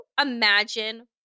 imagine